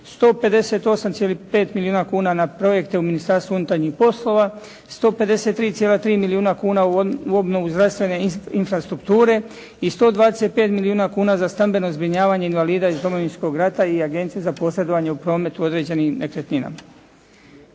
158,5 milijuna kuna na projekte u Ministarstvu unutarnjih poslova, 153,3 milijuna kuna u obnovu zdravstvene infrastrukture i 125 milijuna kuna za stambeno zbrinjavanje invalida iz Domovinskog rata i agencije za posredovanje u prometu određenim nekretninama.